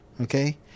Okay